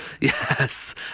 Yes